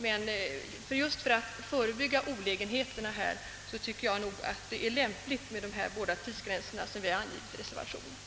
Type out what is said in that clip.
Men just för att förebygga de olägenheter som härvidlag kan uppstå anser jag det lämpligt med de båda tidsgränser som vi angivit i reservationen.